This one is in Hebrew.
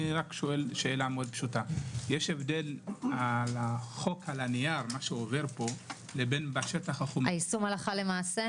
רק שאלה פשוטה: יש הבדל בין החוק לבין היישום הלכה למעשה.